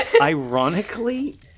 ironically